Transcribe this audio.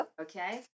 Okay